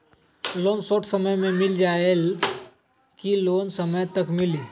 Loan short समय मे मिल जाएत कि लोन समय तक मिली?